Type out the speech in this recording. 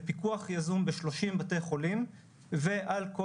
לפיקוח יזום ב-30 בתי חולים ועל כל